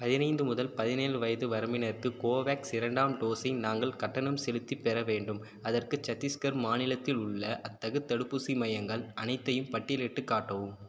பதினைந்து முதல் பதினேழு வயது வரம்பினருக்கு கோவேக்ஸ் இரண்டாம் டோஸை நாங்கள் கட்டணம் செலுத்திப் பெற வேண்டும் அதற்கு சத்தீஸ்கர் மாநிலத்தில் உள்ள அத்தகு தடுப்பூசி மையங்கள் அனைத்தையும் பட்டியலிட்டுக் காட்டவும்